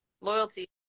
Loyalty